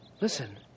listen